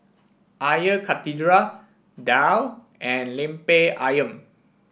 Air Karthira Daal and Lemper ayam